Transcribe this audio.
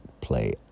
play